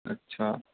अच्छा